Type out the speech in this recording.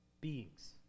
beings